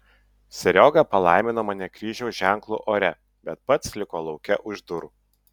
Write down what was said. serioga palaimino mane kryžiaus ženklu ore bet pats liko lauke už durų